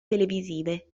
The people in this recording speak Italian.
televisive